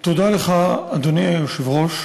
אדוני היושב-ראש,